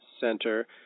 Center